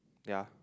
ya